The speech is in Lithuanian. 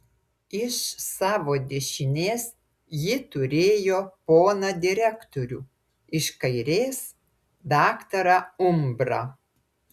iš savo dešinės ji turėjo poną direktorių iš kairės daktarą umbrą